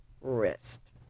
wrist